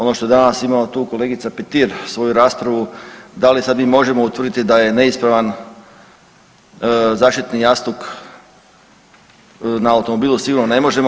Ono što je danas imala tu kolegica Petir svoju raspravu, da li sad mi možemo utvrditi da je neispravan zaštitni jastuk na automobilu, sigurno ne možemo.